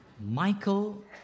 Michael